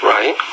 Right